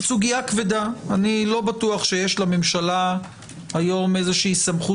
זאת סוגיה כבדה ואני לא בטוח שיש לממשלה היום איזו שהיא סמכות